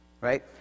Right